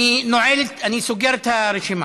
אני סוגר את הרשימה.